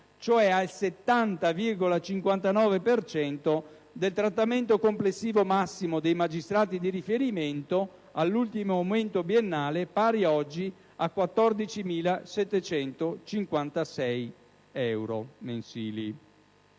cioè al 70,59 per cento del trattamento complessivo massimo dei magistrati di riferimento, all'ultimo aumento biennale, pari ad oggi a euro 14.756 euro mensili.